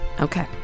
Okay